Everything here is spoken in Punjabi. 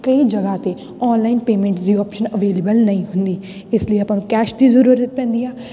ਕਈ ਜਗ੍ਹਾ 'ਤੇ ਔਨਲਾਈਨ ਪੇਮੈਂਟ ਦੀ ਆਪਸ਼ਨ ਅਵੇਲੇਬਲ ਨਹੀਂ ਹੁੰਦੀ ਇਸ ਲਈ ਆਪਾਂ ਨੂੰ ਕੈਸ਼ ਦੀ ਜ਼ਰੂਰਤ ਪੈਂਦੀ ਆ